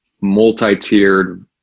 multi-tiered